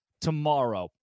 tomorrow